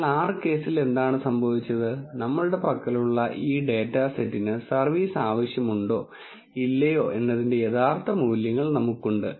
എന്നാൽ R കേസിൽ എന്താണ് സംഭവിച്ചത് നമ്മളുടെ പക്കലുള്ള ഈ ഡാറ്റാ സെറ്റിന് സർവീസ് ആവശ്യമുണ്ടോ ഇല്ലയോ എന്നതിന്റെ യഥാർത്ഥ മൂല്യങ്ങൾ നമുക്ക് ഉണ്ട്